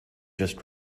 just